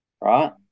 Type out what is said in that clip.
right